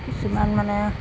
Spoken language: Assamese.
কিছুমান মানে